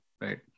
right